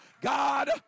God